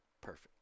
Perfect